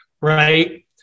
right